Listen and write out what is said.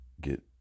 get